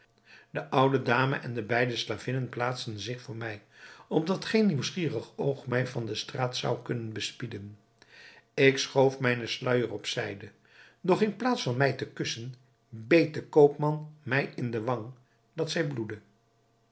de oude dame en de beide slavinnen plaatsten zich voor mij opdat geen nieuwsgierig oog mij van de straat zou kunnen bespieden ik schoof mijnen sluijer op zijde doch in plaats van mij te kussen beet de koopman mij in de wang dat zij bloedde